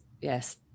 yes